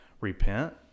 repent